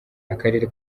akarere